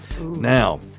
Now